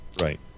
Right